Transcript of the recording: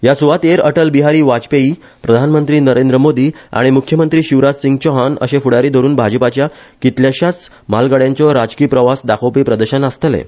ह्या सुवातेर अटल बिहारी वाजपेयी प्रधानमंत्री नरेंद्र मोदी आनी मुख्यमंत्री शिवराज सिंग चौहाण अशे फुडारी धरुन भाजपाच्या कितल्याश्याच म्हालगड्यांचो राजकी प्रवास दाखोवपी प्रदर्शन आसतलें